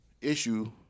issue